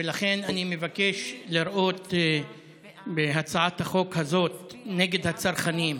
ולכן אני מבקש לראות בהצעת החוק הזאת נגד הצרכנים,